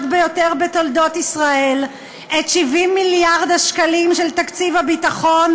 ביותר בתולדות ישראל את 70 מיליארד השקלים של תקציב הביטחון,